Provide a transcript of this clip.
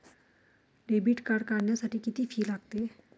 Debit card काढण्यासाठी किती fee लागते?